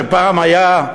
שפעם היה,